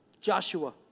Joshua